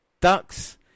ducks